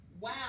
wow